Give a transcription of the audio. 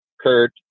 Kurt